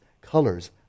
colors